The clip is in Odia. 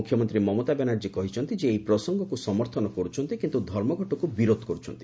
ମୁଖ୍ୟମନ୍ତ୍ରୀ ମମତା ବାନାର୍ଜୀ କହିଛନ୍ତି ଯେ ଏହି ପ୍ରସଙ୍ଗକୁ ସମର୍ଥନ କରୁଛନ୍ତି କିନ୍ତୁ ଧର୍ମଘଟକୁ ବିରୋଧ କରୁଛନ୍ତି